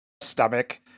Stomach